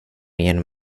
genom